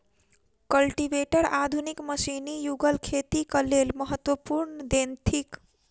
cultivator आधुनिक मशीनी युगक खेतीक लेल महत्वपूर्ण देन थिक